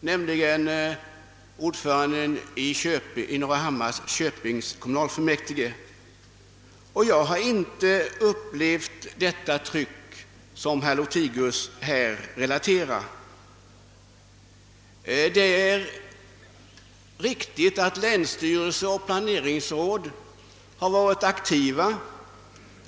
nämligen i Norrahammars köping, och jag har inte upplevt det tryck som herr Lothigius här relaterar. Det är riktigt att länsstyrelse och planeringsråd har varit aktiva.